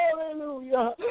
Hallelujah